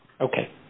Okay